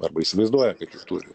arba įsivaizduoja kad jų turi